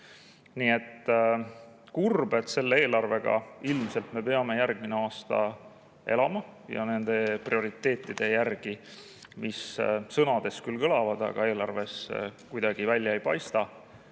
Nii et kurb, et selle eelarvega me ilmselt peame järgmine aasta elama, ja nende prioriteetidega, mis sõnades küll kõlavad, aga eelarvest kuidagi välja ei paista,